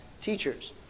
teachers